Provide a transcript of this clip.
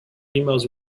emails